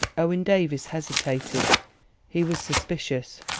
owen davies hesitated he was suspicious.